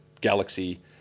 Galaxy